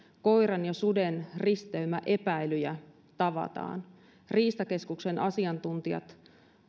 koiran ja suden risteymäepäilyjä tavataan riistakeskuksen asiantuntijat